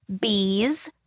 bees